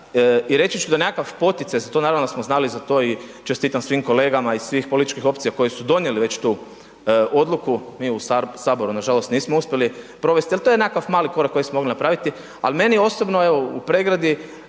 I reći ću da nekakav poticaj za to, naravno da smo znali za to, i čestitam svim kolegama iz svih političkih opcija koji su donijeli već tu odluku, mi u Saboru nažalost nismo uspjeli provesti, ali to je nekakav mali korak koji smo mogli napraviti, al' meni je osobno, evo u Pregradi,